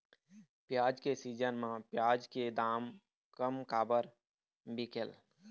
प्याज के सीजन म प्याज के दाम कम काबर बिकेल?